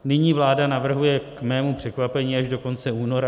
Nyní vláda navrhuje k mému překvapení až do konce února.